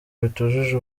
bitujuje